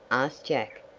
asked jack,